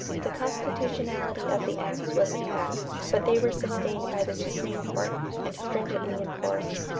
the constitutionality of the acts was attacked but they were sustained by the supreme court and stringently enforced.